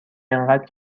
اینقد